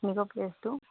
পিকনিকৰ প্লেছটো